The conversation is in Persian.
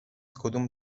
کدوم